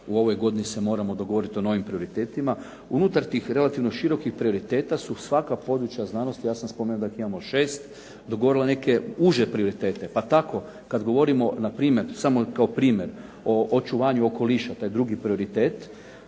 u ovoj godini se moramo dogovoriti o novim prioritetima. Unutar tih relativno širokih prioriteta su svaka područja znanosti. Ja sam spomenuo da ih imamo 6, dogovorili neke uže prioritete. Pa tako kad govorimo npr., samo kao primjer o očuvanju okoliša, taj drugi prioritet,